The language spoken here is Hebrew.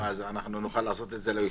נוכל לעשות את זה ליושב-ראש?